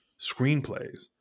screenplays